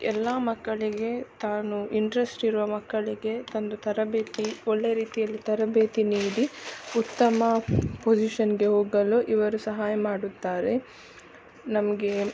ಎಲ್ಲ ಮಕ್ಕಳಿಗೆ ತಾನು ಇಂಟ್ರೆಶ್ಟ್ ಇರುವ ಮಕ್ಕಳಿಗೆ ತಂದು ತರಬೇತಿ ಒಳ್ಳೆ ರೀತಿಯಲ್ಲಿ ತರಬೇತಿ ನೀಡಿ ಉತ್ತಮ ಪೊಸಿಷನ್ಗೆ ಹೋಗಲು ಇವರು ಸಹಾಯ ಮಾಡುತ್ತಾರೆ ನಮಗೆ